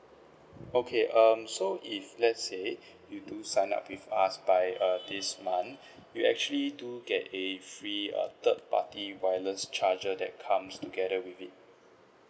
okay um so if let's say you do sign up with us by err this month we actually do get a free err third party wireless charger that comes together with it